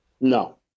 No